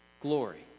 glory